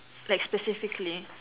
like specifically